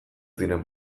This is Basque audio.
diren